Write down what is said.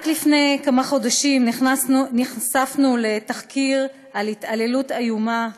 רק לפני כמה חודשים נחשפנו לתחקיר על התעללות איומה בקשישים.